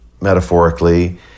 metaphorically